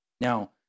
Now